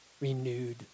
renewed